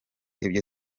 ibyo